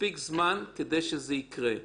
מספיק זמן כדי שזה יקרה.